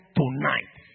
tonight